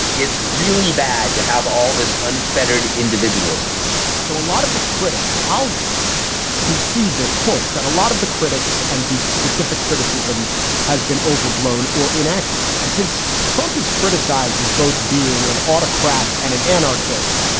it's really bad to have all this unfettered individualism so a lot of the critics i'll concede this point that a lot of the critics and the specific criticism has been overblown or inaccurate. and since trump is criticized as both being an autocrat and an anarchist,